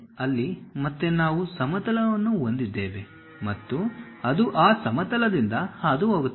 ಅಲ್ಲಿ ಮತ್ತೆ ನಾವು ಸಮತಲವನ್ನು ಹೊಂದಿದ್ದೇವೆ ಮತ್ತು ಅದು ಆ ಸಮತಲದಿಂದ ಹಾದುಹೋಗುತ್ತದೆ